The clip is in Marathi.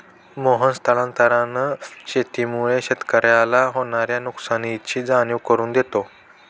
मोहन स्थानांतरण शेतीमुळे शेतकऱ्याला होणार्या नुकसानीची जाणीव करून देतो